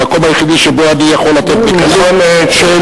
המקום היחיד שבו אני יכול לתת בקלות שאלה,